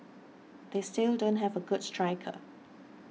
they still don't have a good striker